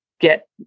get